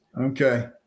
Okay